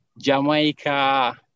Jamaica